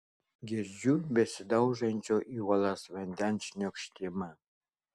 girdžiu besidaužančio į uolas vandens šniokštimą